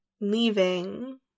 leaving